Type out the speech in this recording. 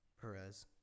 Perez